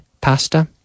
pasta